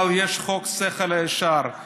אבל יש גם חוק השכל הישר,